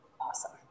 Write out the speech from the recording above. Awesome